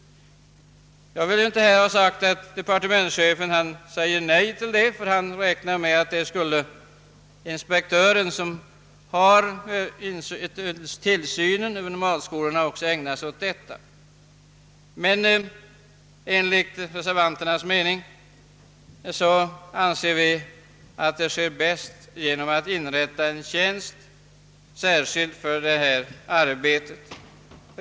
Jag vill inte påstå att departementschefen säger nej till detta; han räknar med att den inspektör som har tillsynen över nomadskolorna också skall ägna sig åt detta problem. Men detta sker enligt reservanternas mening bäst genom att man inrättar en tjänst särskilt för detta arbete.